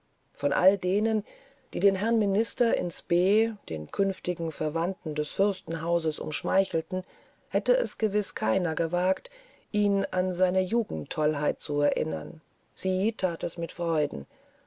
von all denen die den herrn minister in spe den zukünftigen verwandten des fürstenhauses umschmeichelten hätte es gewiß keiner gewagt ihn an diese jugendtollheit zu erinnern sie that es mit freuden